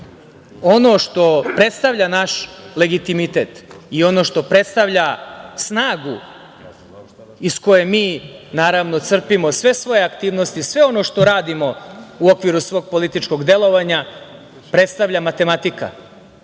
što predstavlja naš legitimitet i ono što predstavlja snagu iz koje mi crpimo sve svoje aktivnosti, sve ono što radimo u okviru svog političkog delovanja, predstavlja matematika.